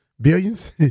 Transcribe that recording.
billions